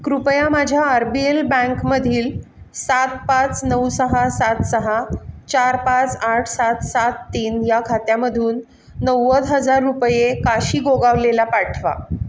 कृपया माझ्या आर बी एल बँकमधील सात पाच नऊ सहा सात सहा चार पाच आठ सात सात तीन या खात्यामधून नव्वद हजार रुपये काशी गोगावलेला पाठवा